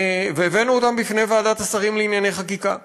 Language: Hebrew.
והבאנו אותן בפני ועדת השרים לענייני חקיקה,